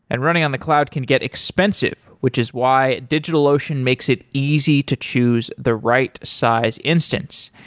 and running on the cloud can get expensive, which is why digitalocean makes it easy to choose the right size instance.